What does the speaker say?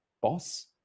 boss